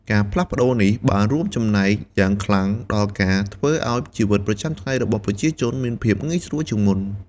ការផ្លាស់ប្តូរនេះ បានរួមចំណែកយ៉ាងខ្លាំងដល់ការធ្វើឱ្យជីវិតប្រចាំថ្ងៃរបស់ប្រជាជនមានភាពងាយស្រួលជាងមុន។